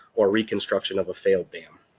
or reconstruction of a failed dam.